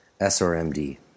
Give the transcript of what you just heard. SRMD